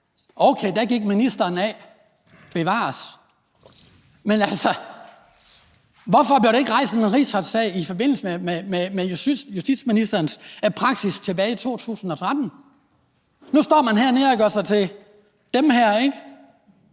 Okay, der gik ministeren af, bevares, men hvorfor blev der ikke rejst en rigsretssag i forbindelse med justitsministerens praksis tilbage i 2013? Nu står man hernede og gør sig til dem, der